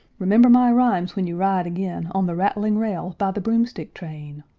remember my rhymes when you ride again on the rattling rail by the broomstick train!